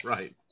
Right